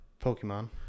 Pokemon